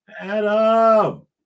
Adam